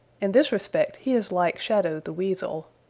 in this respect he is like shadow the weasel.